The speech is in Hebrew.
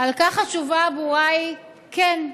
על כך התשובה הברורה היא כן.